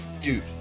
dude